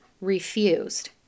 refused